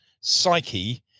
psyche